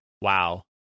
Wow